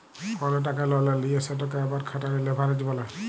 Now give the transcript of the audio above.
call টাকা ললে লিঁয়ে সেটকে আবার খাটালে লেভারেজ ব্যলে